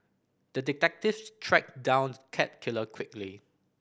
the detective tracked down the cat killer quickly